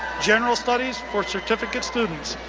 general studies for certificate students.